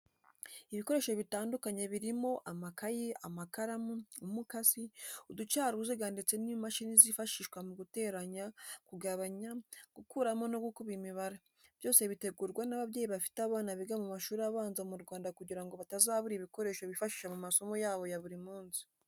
Ibikoresho bitandukanye birimo: amakayi, amakaramu, umukasi, uducaruziga ndetse n'imashini zifashishwa mu guteranya, kugabanya, gukuramo no gukuba imibare, byose bitegurwa n'ababyeyi bafite abana biga mu mashuri abanza mu Rwanda kugira ngo batazabura ibikoresho bifashisha mu masomo yabo ya buri munsi.